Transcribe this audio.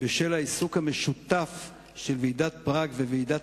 בשל העיסוק המשותף של ועידת פראג וועידת